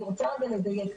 אני רוצה רגע לדייק.